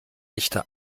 echte